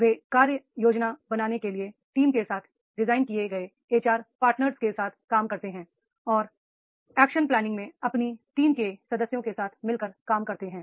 वे कार्य योजना बनाने के लिए टीम के लिए डिज़ाइन किए गए एचआर पार्टनर के साथ काम करते हैं और एक्शन प्ला निंग में अपनी टीम के सदस्यों के साथ मिलकर काम करते हैं